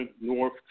North